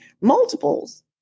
multiples